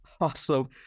Awesome